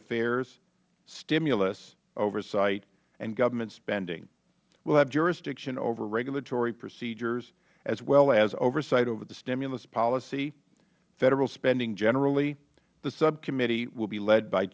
affairs stimulus oversight and government spending will have jurisdiction over regulatory procedures as well as oversight of the stimulus policy federal spending generally the subcommittee will be led by